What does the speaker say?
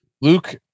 Luke